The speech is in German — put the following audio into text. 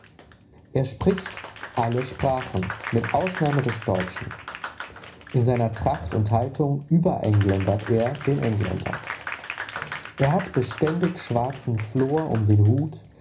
er spricht alle sprachen mit ausnahme des deutschen in seiner tracht und haltung überengländert er den engländer er hat beständig schwarzen flor um den hut